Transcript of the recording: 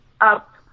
up